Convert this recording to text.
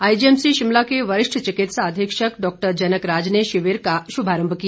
IgM सी शिमला के वरिष्ठ चिकित्सा अधीक्षक डॉक्टर जनकराज ने शिविर का शुभारंभ किया